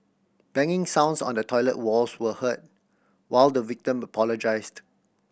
banging sounds on the toilet walls were heard while the victim apologised